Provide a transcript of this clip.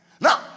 Now